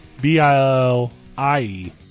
B-I-L-I-E